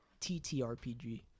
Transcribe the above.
TTRPG